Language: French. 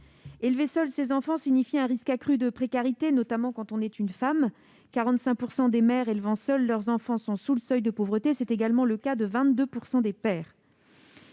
élever seul ses enfants signifie un risque accru de précarité, notamment quand on est une femme : 45 % des enfants vivant avec leur mère sont sous le seuil de pauvreté, ce qui est également le cas de 22 % de ceux